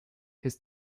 his